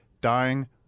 dying